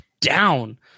down